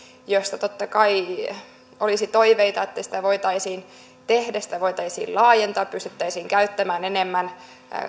josta totta kai olisi toiveita että sitä voitaisiin tehdä sitä voitaisiin laajentaa pystyttäisiin käyttämään enemmän